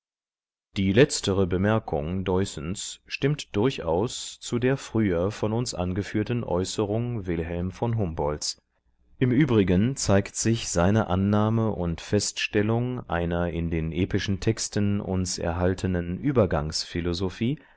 die letztere bemerkung deussens stimmt durchaus zu der früher von uns angeführten äußerung wilhelm von humboldts im übrigen zeigt sich seine annahme und feststellung einer in den epischen texten uns erhaltenen